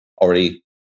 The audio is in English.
already